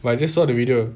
but I just saw the reader